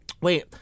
Wait